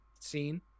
Scene